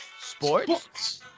Sports